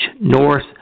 north